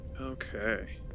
Okay